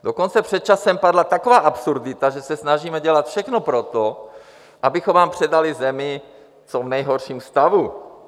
Dokonce před časem padla taková absurdita, že se snažíme dělat všechno pro to, abychom vám předali zemi v co nejhorším stavu.